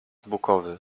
bukowy